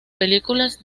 películas